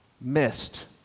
missed